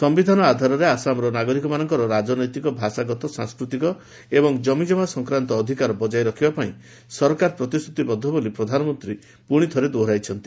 ସମ୍ଭିଧାନ ଆଧାରରେ ଆସାମର ନାଗରିକମାନଙ୍କର ରାଜନୈତିକ ଭାଷାଗତ ସାଂସ୍କୃତିକ ଏବଂ ଜମିଜମା ସଫକ୍ରାନ୍ତ ଅଧିକାର ବଜାୟ ରଖିବା ପାଇଁ ସରକାର ପ୍ରତିଶ୍ରତିବଦ୍ଧ ବୋଲି ପ୍ରଧାନମନ୍ତ୍ରୀ ପୁଣି ଥରେ ଦୋହରାଇଛନ୍ତି